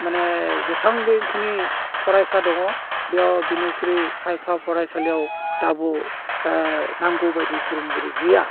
माने जेसांबो खिनि फरायसा दङा बेयाव बेनिख्रुइ खायफा फरायसालियाव दाबो नांगौबायदि फोरोंगिरि गैया